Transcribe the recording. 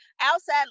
outside